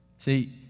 See